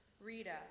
Rita